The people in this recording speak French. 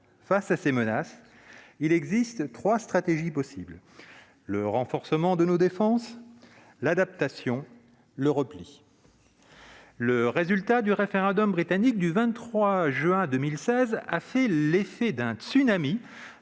Face à ces menaces, trois stratégies sont possibles : le renforcement de nos défenses, l'adaptation ou le repli. Le résultat du référendum britannique du 23 juin 2016 a fait l'effet d'un tsunami,